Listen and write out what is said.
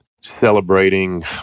celebrating